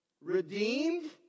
redeemed